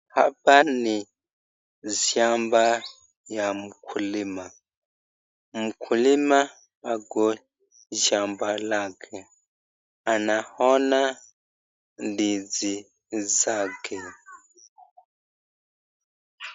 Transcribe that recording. Hapa ni shamba ya mkulima. Mkulima ako shamba lake, anaona ndizi zake.